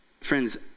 Friends